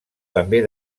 també